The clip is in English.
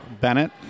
Bennett